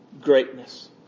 greatness